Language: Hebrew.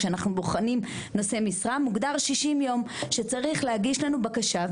כשאנחנו בוחנים נושאי משרה מוגדר 60 ימים שצריך להגיש לנו בקשה,